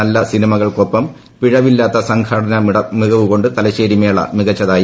നല്ല സിനിമകൾക്കൊപ്പം പിഴവില്ലാത്ത സംഘാടന മികവുകൊണ്ട് തലശ്ശേരി മേള മികച്ചതായി